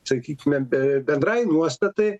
sakykime be bendrai nuostatai